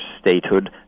statehood